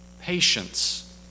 patience